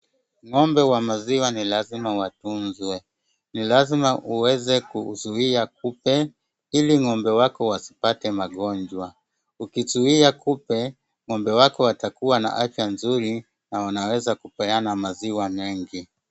Ng'ombe wa maziwa ni lazima watunzwe. Ni lazima uweze kuzuia kupe ili ng'ombe wako wasipate magonjwa. Ukizuia kupe ng'ombe wako watakua na afya nzuri na wanaweza kupeana maziwa mengi.